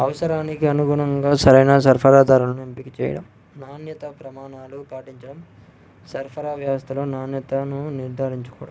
అవసరానికి అనుగుణంగా సరైన సరఫరా దారులను ఎంపిక చెయ్యడం నాణ్యత ప్రమాణాలు పాటించడం సరఫరా వ్యవస్థలో నాణ్యతను నిర్ధారించుకోవడం